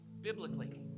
Biblically